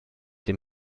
dem